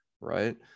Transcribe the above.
right